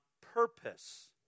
purpose